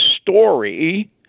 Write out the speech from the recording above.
story